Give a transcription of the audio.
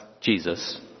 Jesus